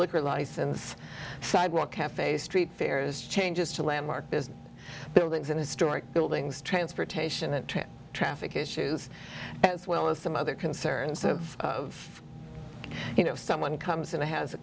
liquor license sidewalk cafes street fairs changes to landmark business buildings and historic buildings transportation and traffic issues as well as some other concerns of of you know if someone comes in a has a